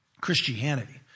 Christianity